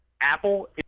Apple